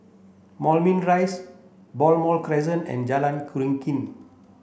Moulmein Rise Balmoral Crescent and Jalan Keruing